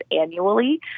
annually